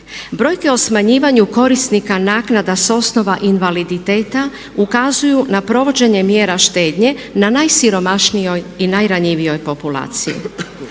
Brojke o smanjivanju korisnika naknada sa osnova invaliditeta ukazuju na provođenje mjera štednje na najsiromašnijoj i najranjivijoj populaciji.